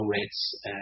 rates